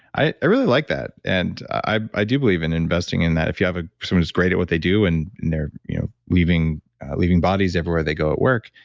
i i really like that. and i do believe in investing in that. if you have ah someone who's great at what they do, and they're you know leaving leaving bodies everywhere they go at work.